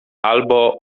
albo